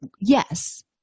Yes